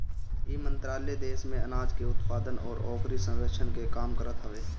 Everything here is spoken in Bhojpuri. इ मंत्रालय देस में आनाज के उत्पादन अउरी ओकरी संरक्षण के काम करत हवे